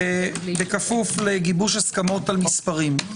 בכפוף לגיבוש הסכמות על מספרים,